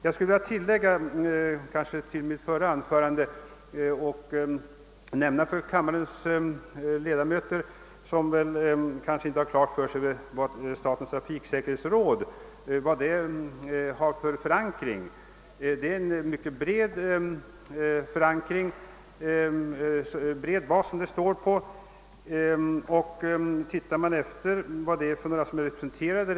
Jag skulle till mitt förra anförande vilja göra ett tillägg för dem av kammarens ledamöter, som kanske inte har klart för sig vilken förankring statens trafiksäkerhetsråd har. Detta står på en mycket bred bas. Jag skall räkna upp vilka som där är representerade.